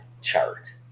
chart